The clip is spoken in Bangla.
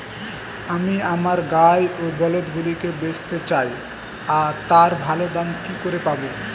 আমি আমার গাই ও বলদগুলিকে বেঁচতে চাই, তার ভালো দাম কি করে পাবো?